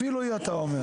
אפילו היא, אתה אומר.